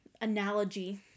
analogy